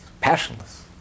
passionless